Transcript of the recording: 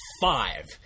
five